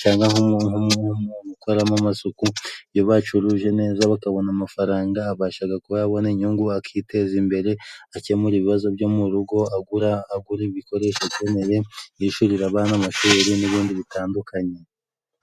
cyangwa nk'umuntu ukoramo amasuku . Iyo bacuruje neza bakabona amafaranga abasha kuba yabona inyungu, akiteza imbere akemura ibibazo byo mu rugo agura ibikoresha akeneye yishyurira abana amashuri n'ibindi bitandukanye.